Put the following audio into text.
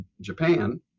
Japan